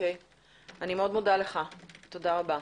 תודה רבה.